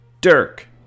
Dirk